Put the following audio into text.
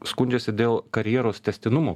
skundžiasi dėl karjeros tęstinumo